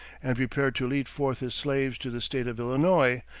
and prepared to lead forth his slaves to the state of illinois,